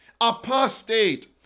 Apostate